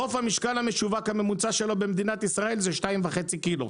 המשקל המשווק הממוצע של עוף במדינת ישראל הוא 2.5 ק"ג.